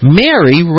mary